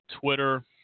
Twitter